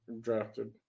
drafted